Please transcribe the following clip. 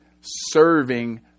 serving